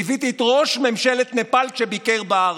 ליוויתי את ראש ממשלת נפאל כשביקר בארץ.